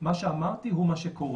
מה שאמרתי הוא מה שקורה.